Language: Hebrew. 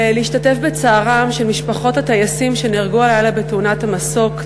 להשתתף בצערן של משפחות הטייסים שנהרגו הלילה בתאונת המסוק,